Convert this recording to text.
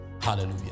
hallelujah